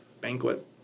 banquet